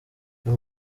uyu